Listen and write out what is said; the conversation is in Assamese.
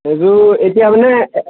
এইযোৰ এতিয়া মানে